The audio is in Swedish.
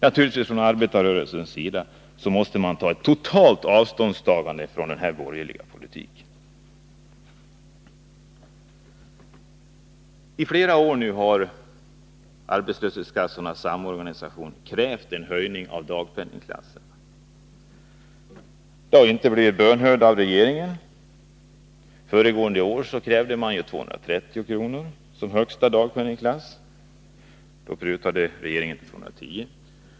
Naturligtvis måste man från arbetarrörelsens sida ta totalt avstånd från denna borgerliga politik. I flera år har nu Arbetslöshetskassornas samorganisation — SO — krävt en höjning av dagpenningklasserna. Man har inte blivit bönhörd av regeringen. Föregående år krävde man 230 kr. som högsta dagpenningklass. Då prutade regeringen till 210 kr.